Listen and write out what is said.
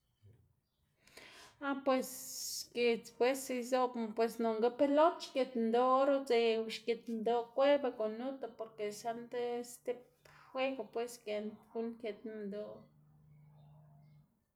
Ah pues giedz pues izobna pues nonga pelot xgit minndoꞌ or udze o xgit minndoꞌ kweba gunuta porque saꞌnde stib juego pues giend guꞌn kit minndoꞌ.